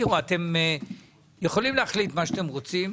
אתם יכולים להחליט מה שאתם רוצים,